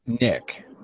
Nick